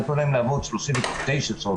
נתנו להם לעבוד 39 שעות.